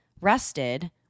rested